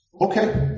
Okay